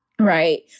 Right